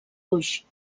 gruix